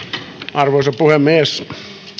arvoisa puhemies